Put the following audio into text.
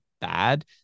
bad